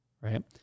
right